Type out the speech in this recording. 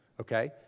okay